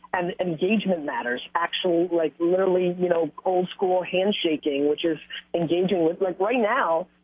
and engagement matters, actually, like, literally, you know, old school handshaking which is engaging with, like, right now,